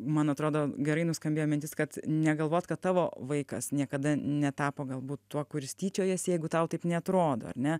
man atrodo gerai nuskambėjo mintis kad negalvot kad tavo vaikas niekada netapo galbūt tuo kuris tyčiojasi jeigu tau taip neatrodo ar ne